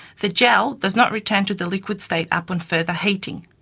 the gel does not return to the liquid state upon further heating.